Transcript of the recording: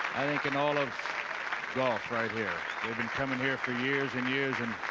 think in all of golf, right here in coming here for years and years and